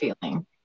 feeling